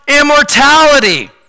immortality